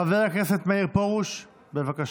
חבר הכנסת מאיר פרוש, בבקשה.